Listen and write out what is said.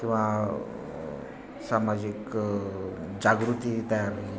किंवा सामाजिक जागृती तयार होईल